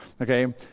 Okay